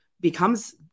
becomes